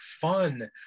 fun